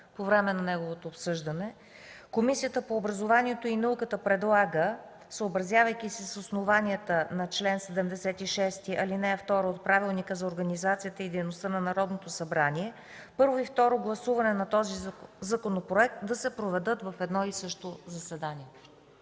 по време на неговото обсъждане Комисията по образованието и науката предлага, съобразявайки се с основанията на чл. 76, ал. 2 от Правилника за организацията и дейността на Народното събрание, първо и второ гласуване на този законопроект да се проведат в едно и също заседание.